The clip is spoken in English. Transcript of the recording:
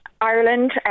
Ireland